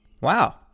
Wow